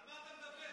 על מה אתה מדבר?